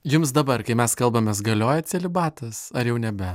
jums dabar kai mes kalbamės galioja celibatas ar jau nebe